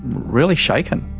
really shaken.